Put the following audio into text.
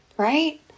right